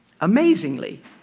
amazingly